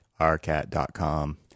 RCAT.com